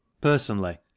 personally